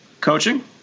coaching